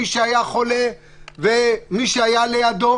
מי שהיה חולה ומי שהיה לידו,